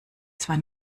zwar